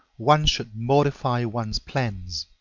one should modify one's plans.